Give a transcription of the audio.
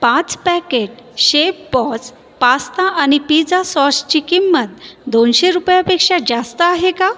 पाच packet chef boss pasta आणि pizza सॉसची किंमत दोनशे रुपयापेक्षा जास्त आहे का